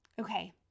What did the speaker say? okay